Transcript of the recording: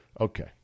Okay